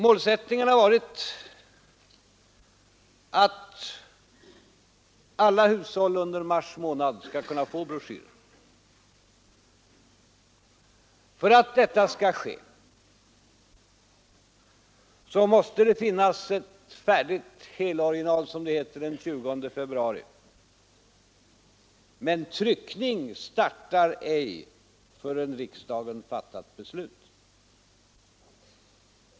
Målsättningen har varit att alla hushåll under mars månad skall få broschyren. För att detta skall ske måste det finnas ett färdigt heloriginal — som det trycktekniskt heter — den 20 februari, men tryckning startar självfallet inte förrän riksdagen fattat beslut.